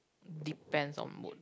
depends on mood